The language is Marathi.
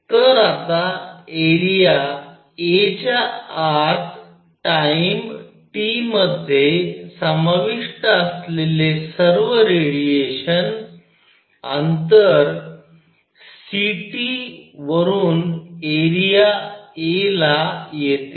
तर आता एरिया a च्या आत टाइम t मध्ये समाविष्ट असलेले सर्व रेडिएशन अंतर c t वरून एरिया a ला येते